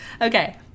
Okay